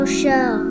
show